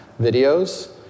videos